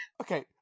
Okay